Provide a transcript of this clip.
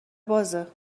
بازه